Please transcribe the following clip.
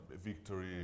victory